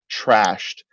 trashed